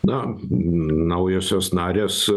na naujosios narės